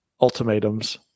Ultimatums